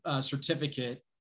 certificate